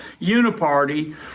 uniparty